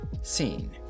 Scene